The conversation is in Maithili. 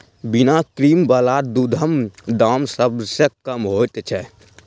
बिना क्रीम बला दूधक दाम सभ सॅ कम होइत छै